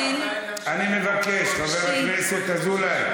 אני מבקש, חבר הכנסת אזולאי.